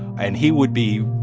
and he would be,